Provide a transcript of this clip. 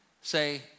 say